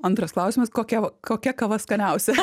antras klausimas kokia kokia kava skaniausia